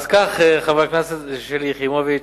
חברת הכנסת שלי יחימוביץ,